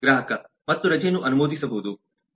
ಗ್ರಾಹಕ ಮತ್ತು ರಜೆಯನ್ನು ಅನುಮೋದಿಸಬಹುದು